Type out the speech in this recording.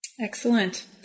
Excellent